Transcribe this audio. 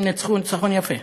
הם ניצחו ניצחון יפה.